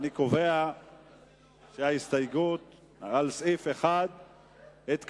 אני קובע שההסתייגות על סעיף 1 התקבלה.